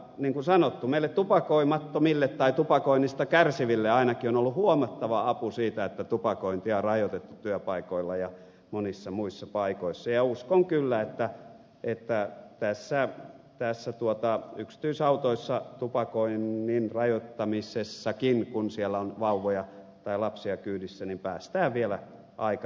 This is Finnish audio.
niin kuin sanottu meille tupakoimattomille tai tupakoinnista kärsiville ainakin on ollut huomattava apu siitä että tupakointia on rajoitettu työpaikoilla ja monissa muissa paikoissa ja uskon kyllä että yhtä pesää tee se tuottaa tässä tupakoinnin rajoittamisessa yksityisautoissakin kun siellä on vauvoja tai lapsia kyydissä päästään vielä aikanaan eteenpäin